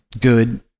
good